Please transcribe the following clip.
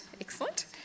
Excellent